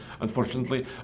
unfortunately